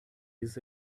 this